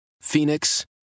Phoenix